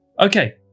Okay